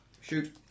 Shoot